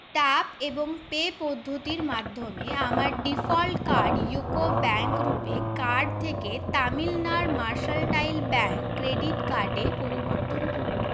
tap এবং pay পদ্ধতির মাধ্যমে আমার ডিফল্ট কার্ড ইউকো ব্যাংক রুপে কার্ড থেকে তামিলনাড়ু মার্সান্টাইল ব্যাংক ক্রেডিট কার্ডে পরিবর্তন করুন